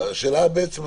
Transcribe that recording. -- השאלה אם זה רק משהו